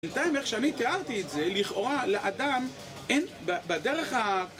בינתיים איך שאני תיארתי את זה, לכאורה לאדם אין בדרך ה...